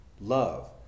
love